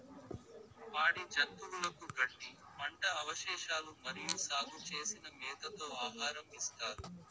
పాడి జంతువులకు గడ్డి, పంట అవశేషాలు మరియు సాగు చేసిన మేతతో ఆహారం ఇస్తారు